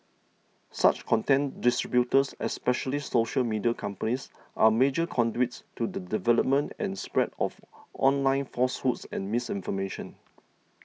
such content distributors especially social media companies are major conduits to the development and spread of online falsehoods and misinformation